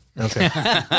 Okay